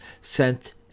sent